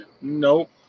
Nope